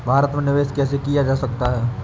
भारत में निवेश कैसे किया जा सकता है?